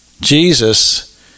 Jesus